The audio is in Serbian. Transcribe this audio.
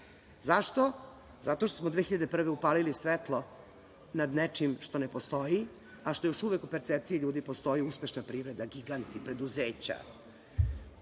Zašto? Zato što smo 2001. godine upalili svetlo nad nečim što ne postoji, a što još uvek u percepciji ljudi postoji uspešna privreda, giganti, preduzeća.